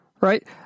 Right